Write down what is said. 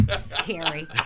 Scary